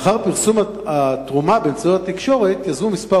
לאחר פרסום התרומה באמצעי התקשורת יזמו כמה